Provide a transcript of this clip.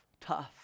tough